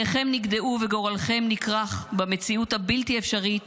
חייכם נגדעו וגורלכם נכרך במציאות הבלתי-אפשרית